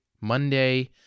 Monday